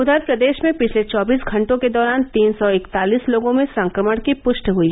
उधर प्रदेश में पिछले चौबीस घंटों के दौरान तीन सौ इकतालिस लोगों में संक्रमण की पृष्टि हुई